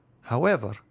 However